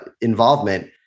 involvement